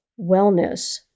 wellness